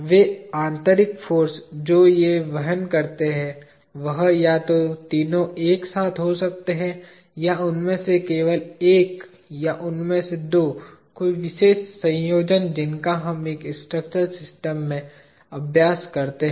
वे आंतरिक फाॅर्स जो ये वहन करते हैं वह या तो तीनों एक साथ हो सकते है या उनमें से केवल एक या उनमें से दो कोई विशेष संयोजन जिनका हम एक स्ट्रक्चरल सिस्टम में अभ्यास करते हैं